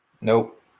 Nope